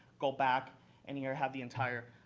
go back and you have the entire